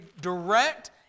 direct